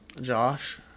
Josh